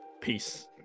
peace